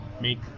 make